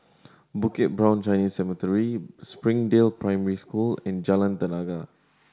Bukit Brown Chinese Cemetery Springdale Primary School and Jalan Tenaga